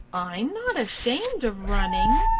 i'm not ashamed of running,